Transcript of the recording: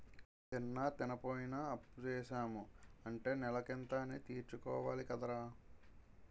తిన్నా, తినపోయినా అప్పుసేసాము అంటే నెలకింత అనీ తీర్చుకోవాలి కదరా